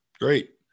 great